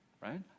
right